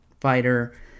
fighter